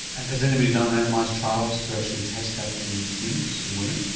and has anybody done randomised trials to actually test that in humans, in women?